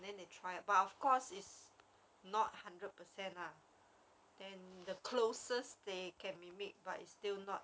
then they try but of course is not hundred percent lah then the closest they can be mimic but it's still not